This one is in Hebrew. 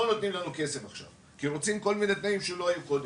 לא נותנים לנו כסף עכשיו כי רוצים כל מיני תנאים שלא היו קודם.